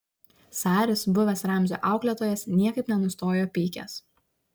saris buvęs ramzio auklėtojas niekaip nenustojo pykęs